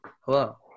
Hello